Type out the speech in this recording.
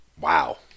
Wow